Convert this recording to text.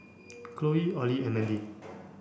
Khloe Ollie and Mandy